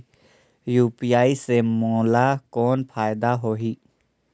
UPI से मोला कौन फायदा होही?